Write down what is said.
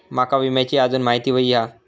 माका विम्याची आजून माहिती व्हयी हा?